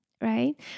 right